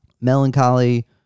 melancholy